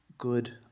good